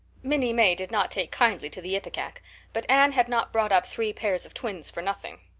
minnie may did not take kindly to the ipecac but anne had not brought up three pairs of twins for nothing.